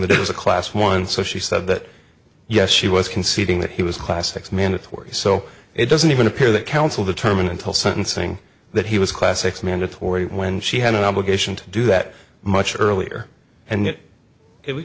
it was a class one so she said that yes she was conceding that he was class x mandatory so it doesn't even appear that counsel determined until sentencing that he was classics mandatory when she had an obligation to do that much earlier and